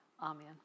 Amen